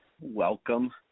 Welcome